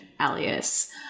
alias